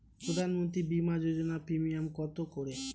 প্রধানমন্ত্রী বিমা যোজনা প্রিমিয়াম কত করে?